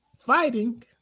fighting